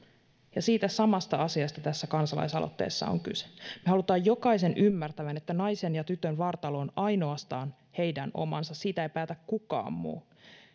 siitä samasta asiasta tässä kansalaisaloitteessa on kyse me haluamme jokaisen ymmärtävän että naisen ja tytön vartalo on ainoastaan hänen omansa siitä ei päätä kukaan muu